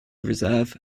reserve